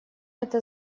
это